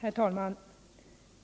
Herr talman!